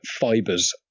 Fibers